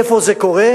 איפה זה קורה?